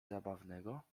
zabawnego